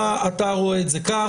אתה רואה את זה כך,